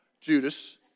Judas